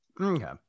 okay